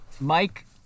Mike